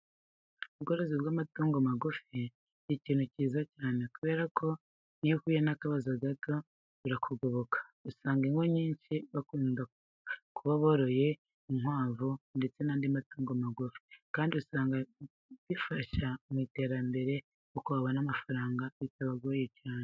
Ubworozi bw'amatungo magufi ni ikintu cyiza cyane kubera ko iyo uhuye n'akabazo gato burakugoboka. Usanga mu ngo nyinshi bakunda kuba boroye nk'inkwavu ndetse n'andi matungo magufi kandi usanga bifasha mu iterambere kuko babona amafaranga bitabagoye cyane.